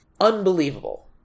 unbelievable